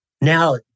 Now